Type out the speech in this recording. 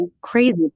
crazy